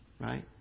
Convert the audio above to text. right